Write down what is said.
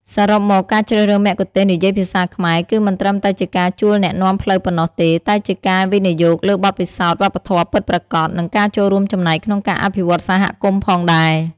សរុបមក ការជ្រើសរើសមគ្គុទ្ទេសក៍និយាយភាសាខ្មែរ គឺមិនត្រឹមតែជាការជួលអ្នកនាំផ្លូវប៉ុណ្ណោះទេ តែជាការ វិនិយោគលើបទពិសោធន៍វប្បធម៌ពិតប្រាកដ និងការចូលរួមចំណែកក្នុងការអភិវឌ្ឍន៍សហគមន៍ផងដែរ។